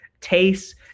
taste